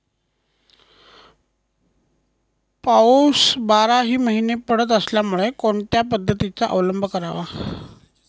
पाऊस बाराही महिने पडत असल्यामुळे कोणत्या पद्धतीचा अवलंब करावा?